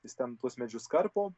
jis ten tuos medžius karpo